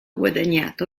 guadagnato